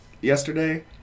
yesterday